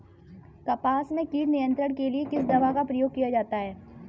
कपास में कीट नियंत्रण के लिए किस दवा का प्रयोग किया जाता है?